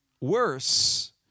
Worse